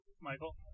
Michael